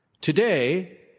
Today